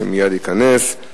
שמייד ייכנס.